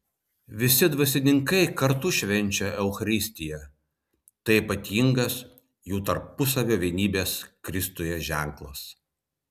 visi dvasininkai kartu švenčia eucharistiją tai ypatingas jų tarpusavio vienybės kristuje ženklas